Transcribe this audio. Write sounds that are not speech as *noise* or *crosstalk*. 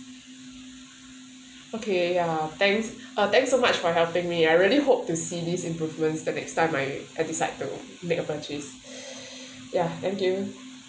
okay ya thanks uh thank so much for helping me I really hope to see these improvements the next time I I decide to make a purchase *breath* ya thank you